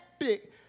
epic